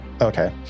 Okay